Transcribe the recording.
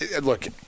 look